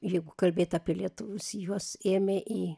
jeigu kalbėt apie lietuvius juos ėmė į